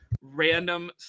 random